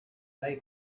they